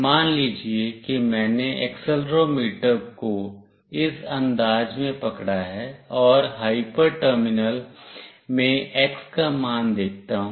मान लीजिए कि मैंने एक्सेलेरोमीटर को इस अंदाज में पकड़ा है और हाइपर टर्मिनल में x का मान देखता हूं